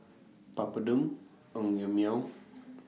Papadum Naengmyeon